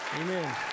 Amen